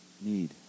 need